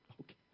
Okay